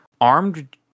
armed